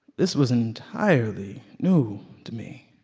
this was entirely new to me.